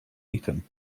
eton